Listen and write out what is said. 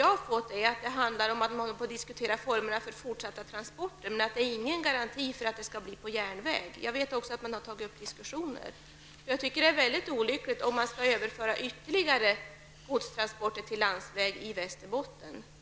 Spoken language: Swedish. De uppgifter jag har fått handlar om diskussioner om formerna för fortsatta transporter, men det är ingen garanti för att det blir på järnväg. Det är olyckligt om ytterligare godstransporter skall överföras till landsväg i Västerbotten.